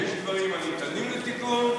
יש דברים הניתנים לתיקון,